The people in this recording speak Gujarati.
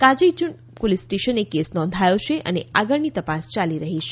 કાઝીઝુંડ પોલીસ સ્ટેશનને કેસ નોંધાયો છે અને આગળની તપાસ ચાલી રહી છે